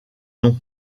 nom